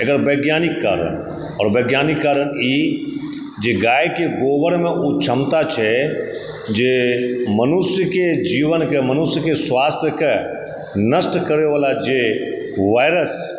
एकर वैज्ञानिक कारण आओर वैज्ञानिक कारण ई जे गाय के गोबरमे ओ क्षमता छै जे मनुष्यके जीवनकेँ मनुष्यके स्वास्थ्यके नष्ट करय वला जे वायरस